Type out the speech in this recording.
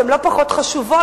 שהן לא פחות חשובות,